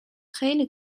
خیلی